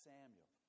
Samuel